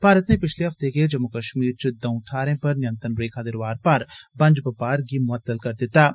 भारत नै पिछले हफ्ते गै जम्मू कश्मीर च दर्ऊ थाहरें पर नियंत्रण रेखा दे रोआर पार बंज बपार गी मुअत्तल करी दित्ता ऐ